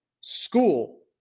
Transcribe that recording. school